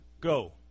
Go